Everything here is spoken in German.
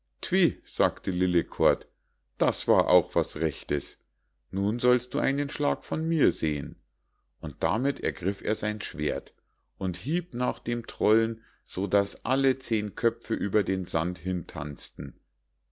sagte lillekort das war auch was rechtes nun sollst du einen schlag von mir sehen und damit ergriff er sein schwert und hieb nach dem trollen so daß alle zehn köpfe über den sand hintanzten